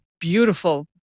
beautiful